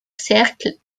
cercle